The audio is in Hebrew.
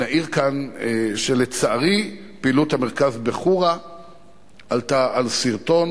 נעיר כאן שלצערי פעילות המרכז בחורה עלתה על שרטון.